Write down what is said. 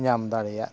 ᱧᱟᱢ ᱫᱟᱲᱮᱭᱟᱜ